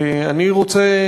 ואני רוצה,